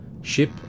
ship